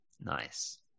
Nice